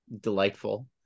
delightful